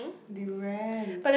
durians